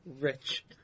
rich